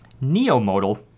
neo-modal